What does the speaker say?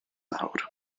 nawr